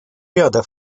ряда